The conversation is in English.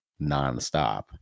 nonstop